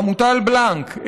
חמוטל בלנק,